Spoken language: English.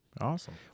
Awesome